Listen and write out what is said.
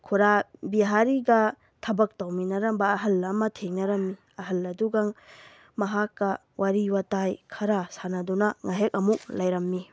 ꯈꯨꯔꯥ ꯕꯤꯍꯥꯔꯤꯒ ꯊꯕꯛ ꯇꯧꯃꯤꯟꯅꯔꯝꯕ ꯑꯍꯜ ꯑꯃ ꯊꯦꯡꯅꯔꯝꯃꯤ ꯑꯍꯜ ꯑꯗꯨꯒ ꯃꯍꯥꯛꯀ ꯋꯥꯔꯤ ꯋꯥꯇꯥꯏ ꯈꯔ ꯁꯥꯟꯅꯗꯨꯅ ꯉꯥꯏꯍꯥꯛ ꯑꯃꯨꯛ ꯂꯩꯔꯝꯃꯤ